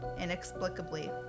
inexplicably